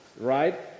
Right